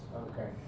Okay